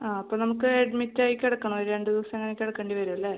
ആ അപ്പോൾ നമുക്ക് അഡ്മിറ്റ് ആയി കിടക്കണം ഒരു രണ്ട് ദിവസം അങ്ങനെ കിടക്കേണ്ടി വരും അല്ലേ